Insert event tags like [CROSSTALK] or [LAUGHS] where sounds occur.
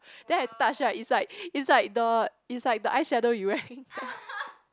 [BREATH] then I touch right it's like it's like the it's like the eyeshadow you wearing [LAUGHS]